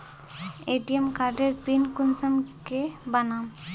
ATM कार्डेर PIN कुंसम के बनाम?